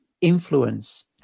influence